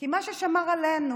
כי מה ששמר עלינו